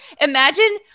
imagine